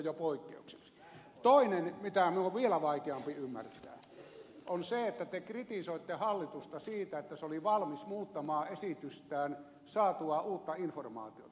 toinen mitä minun on vielä vaikeampi ymmärtää on se että te kritisoitte hallitusta siitä että se oli valmis muuttamaan esitystään saatuaan uutta informaatiota